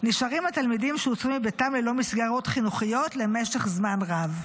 נשארים התלמידים שהוצאו מביתם ללא מסגרות חינוכיות למשך זמן רב.